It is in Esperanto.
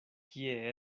kie